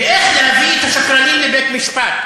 ואיך להביא את השקרנים לבית-משפט,